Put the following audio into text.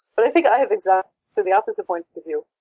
but i think i have exactly the opposite point of view.